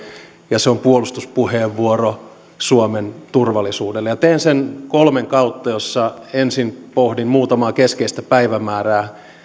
ja se on puolustuspuheenvuoro suomen turvallisuudelle teen sen kolmen kautta ensin pohdin muutamaa keskeistä päivämäärää